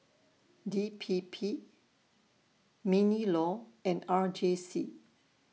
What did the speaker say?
D P P MINLAW and R J C